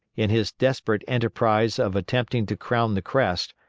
in his desperate enterprise of attempting to crown the crest,